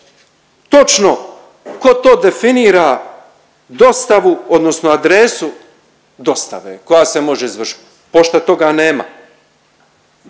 točno tko to definira dostavu odnosno adresu dostave koja se može izvršiti. Pošta toga nema.